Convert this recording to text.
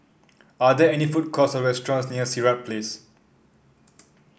are there any food courts or restaurants near Sirat Place